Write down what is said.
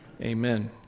Amen